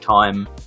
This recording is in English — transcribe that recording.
time